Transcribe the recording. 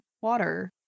water